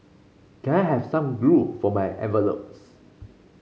can I have some glue for my envelopes